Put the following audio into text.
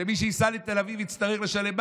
שמי שייסע לתל אביב יצטרך לשלם מס?